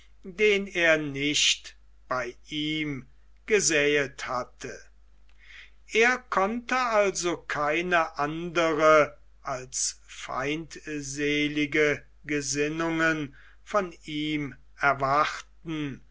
den er nicht bei ihm gesäet hatte er konnte also keine anderen als feindselige gesinnungen von ihm erwarten